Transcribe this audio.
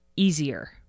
easier